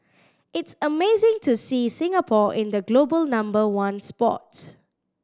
it's amazing to see Singapore in the global number one spot